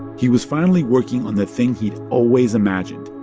he was finally working on the thing he'd always imagined,